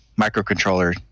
microcontroller